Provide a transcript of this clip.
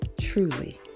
truly